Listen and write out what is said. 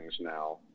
now